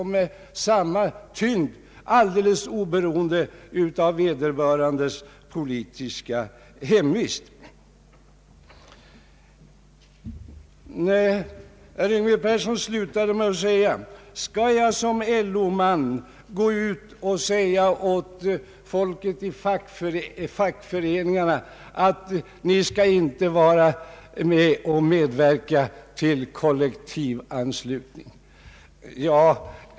Herr Yngve Persson slutade sitt anförande med orden: Skall jag som LO man gå ut och säga åt folket i fackföreningarna att ni inte skall medverka till kollektivanslutning?